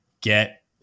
get